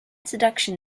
seduction